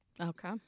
Okay